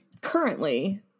currently